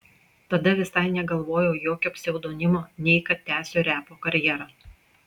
tada visai negalvojau jokio pseudonimo nei kad tęsiu repo karjerą